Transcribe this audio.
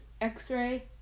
x-ray